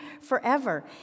forever